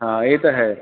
ਹਾਂ ਇਹ ਤਾਂ ਹੈ